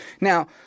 Now